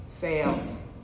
fails